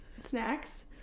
snacks